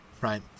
right